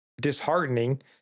disheartening